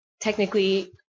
Technically